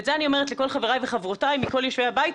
ואת זה אני אומרת לכל חבריי וחברותיי מכל יושבי הבית,